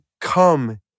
come